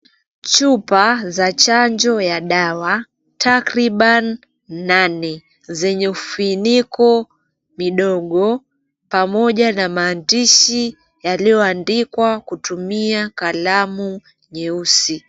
Chupa za chanjo ya dawa takriban nane zenye funiko vidogo pamoja na maandishi yaliyoandikwa kutumia kalamu jeusi.